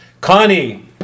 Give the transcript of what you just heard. Connie